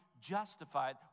justified